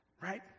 Right